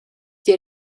gie